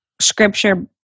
scripture